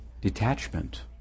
detachment